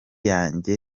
yanjye